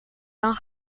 dan